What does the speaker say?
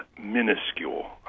minuscule